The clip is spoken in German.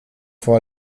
vor